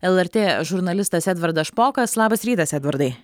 lrt žurnalistas edvardas špokas labas rytas edvardai